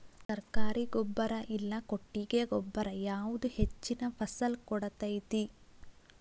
ಸರ್ಕಾರಿ ಗೊಬ್ಬರ ಇಲ್ಲಾ ಕೊಟ್ಟಿಗೆ ಗೊಬ್ಬರ ಯಾವುದು ಹೆಚ್ಚಿನ ಫಸಲ್ ಕೊಡತೈತಿ?